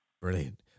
Brilliant